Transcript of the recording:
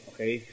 Okay